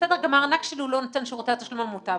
גם הארנק שלי הוא לא נותן שירותי תשלום למוטב.